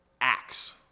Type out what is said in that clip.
Acts